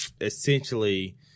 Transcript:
essentially